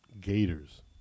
Gators